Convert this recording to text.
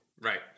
right